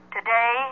Today